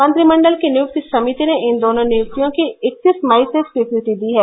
मंत्रिमंडल की नियुक्ति समिति ने इन दोनों नियुक्तियों की इक्कतीस मई से स्वीकृति दी है